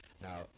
Now